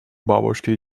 бабушки